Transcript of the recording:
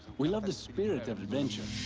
we love the spirit of adventure.